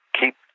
keep